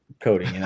coding